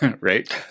right